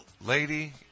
lady